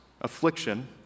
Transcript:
affliction